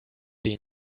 den